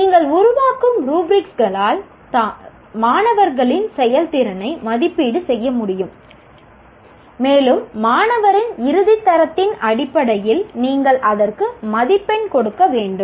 நீங்கள் உருவாக்கும் ருபிரிக்ஸ்க்களால் தான் மாணவர்களின் செயல்திறனை மதிப்பீடு செய்ய முடியும் மேலும் மாணவரின் இறுதி தரத்தின் அடிப்படையில் நீங்கள் அதற்கு மதிப்பெண் கொடுக்க வேண்டும்